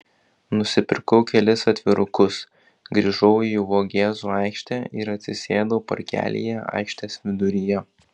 nusipirkau kelis atvirukus grįžau į vogėzų aikštę ir atsisėdau parkelyje aikštės viduryje